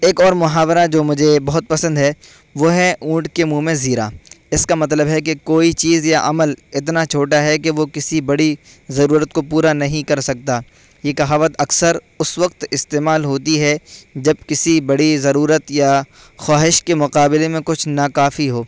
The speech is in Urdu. ایک اور محاورہ جو مجھے بہت پسند ہے وہ ہے اونٹ کے منہ میں زیرہ اس کا مطلب ہے کہ کوئی چیز یا عمل اتنا چھوٹا ہے کہ وہ کسی بڑی ضرورت کو پورا نہیں کر سکتا یہ کہاوت اکثر اس وقت استعمال ہوتی ہے جب کسی بڑی ضرورت یا خواہش کے مقابلے میں کچھ ناکافی ہو